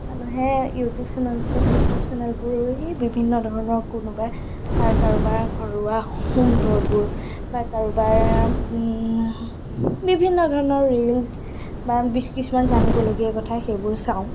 মানুহে YouTube channel YouTube চেনেলবোৰ সেই বিভিন্ন ধৰণৰ কোনোবাই কাৰোবাৰ ঘৰুৱা হোম টৰবোৰ বা কাৰোবাৰ বিভিন্ন ধৰণৰ ৰিলছ বা বি কিছুমান জানিবলগীয়া কথা সেইবোৰ চাওঁ